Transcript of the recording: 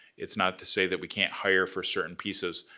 it's not to say that we can't hire for certain pieces,